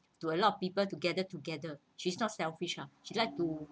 to a lot of people together together she's not selfish ah she likes to